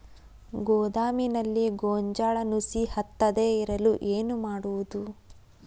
ಗೋದಾಮಿನಲ್ಲಿ ಗೋಂಜಾಳ ನುಸಿ ಹತ್ತದೇ ಇರಲು ಏನು ಮಾಡುವುದು?